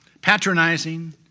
patronizing